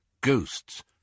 Ghosts